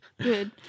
Good